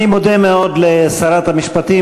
אני מודה מאוד לשרת המשפטים,